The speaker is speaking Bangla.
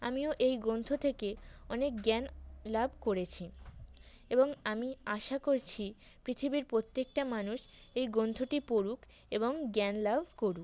আমিও এই গ্রন্থ থেকে অনেক জ্ঞান লাভ করেছি এবং আমি আশা করছি পৃথিবীর প্রত্যেকটা মানুষ এই গ্রন্থটি পড়ুক এবং জ্ঞান লাভ করুক